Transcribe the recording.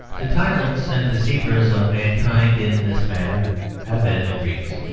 the tyrants and deceivers of mankind in this matter have been the greeks.